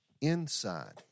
inside